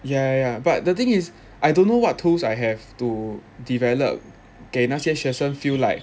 ya ya but the thing is I don't know what tools I have to develop 给那些学生 feel like